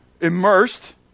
immersed